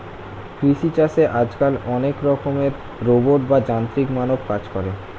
কৃষি চাষে আজকাল অনেক রকমের রোবট বা যান্ত্রিক মানব কাজ করে